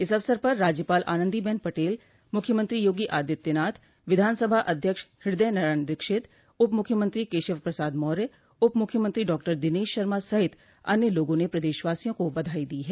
इस अवसर पर राज्यपाल आनंदीबेन पटेल मुख्यमंत्री योगी आदित्यनाथ विधानसभा अध्यक्ष हृदय नारायण दीक्षित उपमुख्यमंत्री केशव पसाद मौर्य उपमुख्यमंत्री डॉक्टर दिनेश शर्मा सहित अन्य लोगों ने प्रदेशवासियों को बधाई दी है